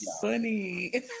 funny